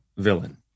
Villain